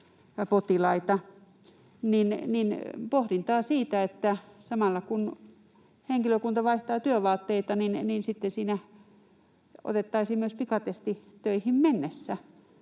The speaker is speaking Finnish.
olla pohdintaa siitä, että samalla kun henkilökunta vaihtaa työvaatteita, niin sitten siinä otettaisiin myös pikatesti töihin mennessä,